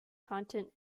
content